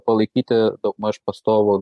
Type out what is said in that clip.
palaikyti daugmaž pastovų